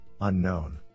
unknown